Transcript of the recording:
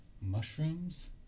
mushrooms